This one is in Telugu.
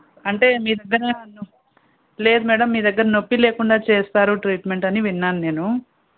అంటే మీరు నిజంగా నన్ను లేదు మేడమ్ మీ దగ్గర నొప్పి లేకుండా చేస్తారు ట్రీట్మెంట్ అని విన్నాను నేను